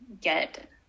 get